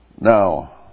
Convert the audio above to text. Now